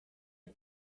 que